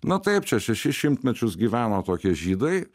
na taip čia šešis šimtmečius gyveno tokie žydai